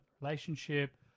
relationship